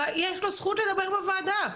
ויש לו זכות לדבר בוועדה,